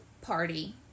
party